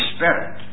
Spirit